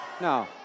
No